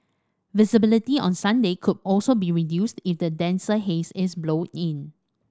visibility on Sunday could also be reduced if the denser haze is blown in